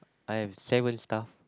I have seven staff